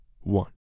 one